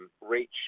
reach